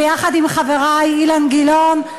ביחד עם חברי אילן גילאון,